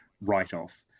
write-off